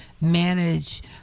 manage